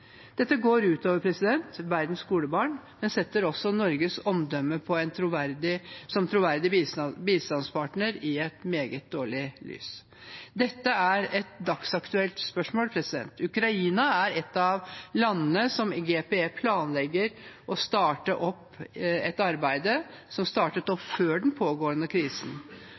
Dette går ut over verden skolebarn, men setter også Norges omdømme som troverdig bistandspartner i et meget dårlig lys. Dette er et dagsaktuelt spørsmål. Ukraina er et av landene der GPE planlegger et arbeid, et arbeid som startet opp før den pågående krisen,